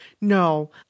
No